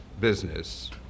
business